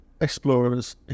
explorers